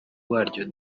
waryo